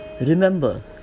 Remember